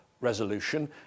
resolution